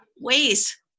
ways